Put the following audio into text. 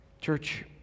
Church